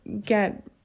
get